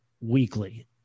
weekly